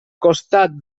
costat